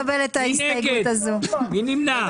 הדבר החשוב ביותר הוא כמובן לחזק --- נגמר